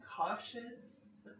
cautious